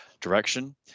direction